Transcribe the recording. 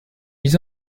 ils